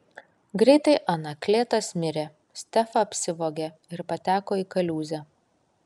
greitai anaklėtas mirė stefa apsivogė ir pateko į kaliūzę